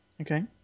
Okay